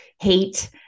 hate